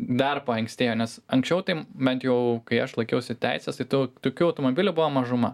dar paankstėjo nes anksčiau tai bent jau kai aš laikiausi teises tai to tokių automobilių buvo mažuma